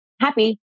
happy